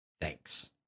thanks